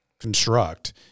construct